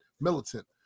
militant